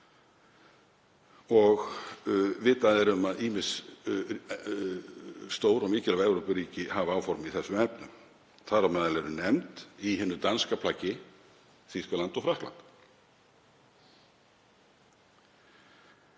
og vitað er að ýmis stór og mikilvæg Evrópuríki hafa áform í þessum efnum. Þar á meðal eru nefnd, í hinu danska plaggi, Þýskaland og Frakkland.